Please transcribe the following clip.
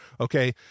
Okay